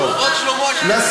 ב"אורוות שלמה" בשנתיים,